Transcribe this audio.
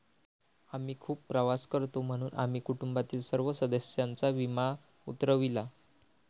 आम्ही खूप प्रवास करतो म्हणून आम्ही कुटुंबातील सर्व सदस्यांचा विमा उतरविला